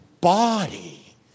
body